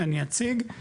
אני אציג.